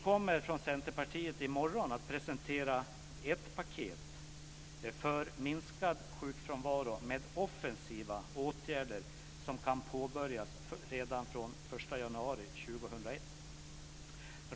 Centerpartiet kommer i morgon att presentera ett paket för minskad sjukfrånvaro med offensiva åtgärder som kan påbörjas redan den 1 januari 2001.